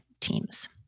teams